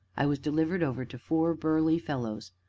i was delivered over to four burly fellows,